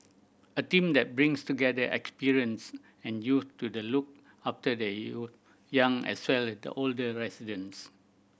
a team that brings together experience and youth to the look after the young as well as the older residents